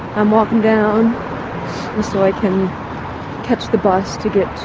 i'm walking down so i can catch the bus to get to